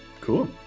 Cool